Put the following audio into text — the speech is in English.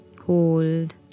Hold